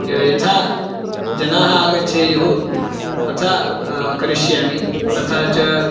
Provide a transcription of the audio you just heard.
यथा यथा जनाः आगच्छेयुः तथा करिष्यामि तथा च